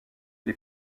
les